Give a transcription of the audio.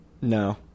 No